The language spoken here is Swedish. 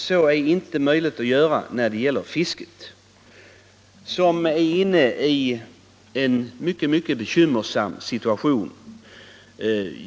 Så är inte möjligt att göra i fråga om fisket, som är inne i en mycket bekymmersam situation.